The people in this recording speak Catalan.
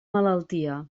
malaltia